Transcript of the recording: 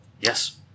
yes